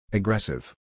Aggressive